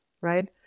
right